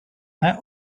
that